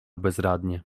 bezradnie